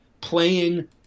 playing